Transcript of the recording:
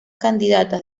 candidatas